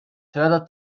fördert